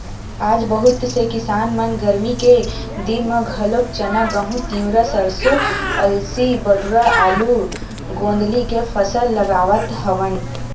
आज बहुत से किसान मन गरमी के दिन म घलोक चना, गहूँ, तिंवरा, सरसो, अलसी, बटुरा, आलू, गोंदली के फसल लगावत हवन